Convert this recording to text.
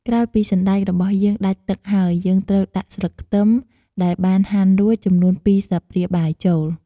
ក្រោយពីសណ្តែករបស់យើងដាច់ទឹកហើយ យើងត្រូវដាក់ស្លឹកខ្ទឹមដែលបានហាន់រួច ចំនួន២ស្លាបព្រាបាយចូល។